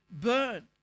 burn